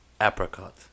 apricot